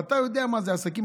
כי אתה יודע מה זה עסקים,